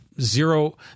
zero